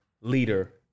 leader